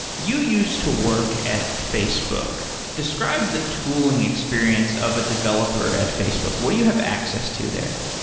you used to work at facebook. describe the tooling experience of a developer at facebook. what do you have access to there?